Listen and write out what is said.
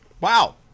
Wow